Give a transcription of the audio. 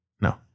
No